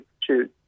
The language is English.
choose